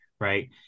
right